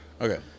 Okay